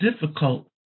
difficult